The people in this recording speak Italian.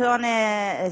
con il